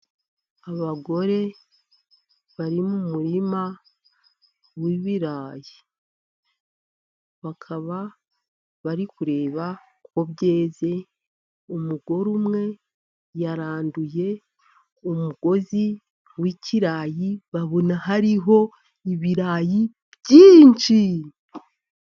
Abagore bari mu muririma w'ibirayi bakaba bari kureba ko byeze. Umugore umwe yaranduye umugozi w'ikirayi babona hariho ibirayi byinshi.